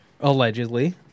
Allegedly